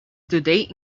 today